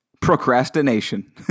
Procrastination